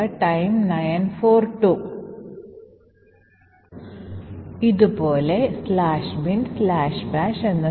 ആക്രമണകാരിക്ക് സ്റ്റാക്കിൽ എഴുതി കോഡ് ഇഞ്ചക്ട് ചെയ്യാനും തുടർന്ന് എക്സിക്യൂട്ട് ചെയ്യാനും കഴിഞ്ഞു